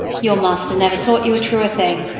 your master never taught you a truer thing,